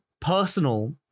personal